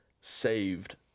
saved